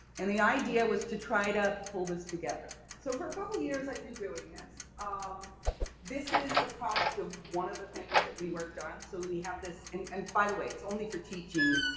and the idea was to try to pull this together. so for a couple years i've been doing this. ah this is the product of one of the things that we worked on so we have this, and and by the way it's only for teaching